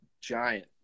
giant